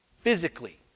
physically